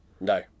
No